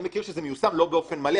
אני מכיר שזה מיושם, לא באופן מלא.